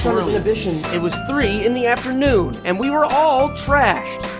it was three in the afternoon and we were all trashed